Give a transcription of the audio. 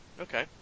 Okay